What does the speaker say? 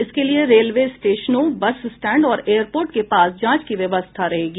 इसके लिए रेलवे स्टेशनों बस स्टैंड और एयरपोर्ट के पास जांच की व्यवस्था रहेगी